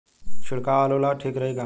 छिड़काव आलू ला ठीक रही का?